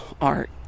art